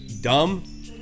dumb